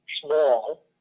small